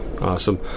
awesome